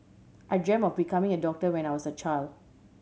I dreamt of becoming a doctor when I was a child